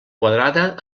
quadrada